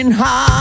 heart